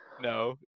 No